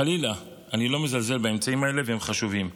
חלילה, אני לא מזלזל באמצעים האלה, הם חשובים,